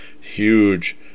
huge